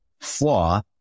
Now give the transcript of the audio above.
flaw